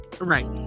Right